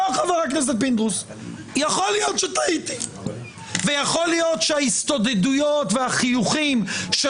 יכול להיות שטעיתי ויכול להיות שההסתודדויות והחיוכים של